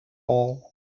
all